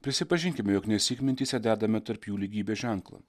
prisipažinkime jog nesyk mintyse dedame tarp jų lygybės ženklą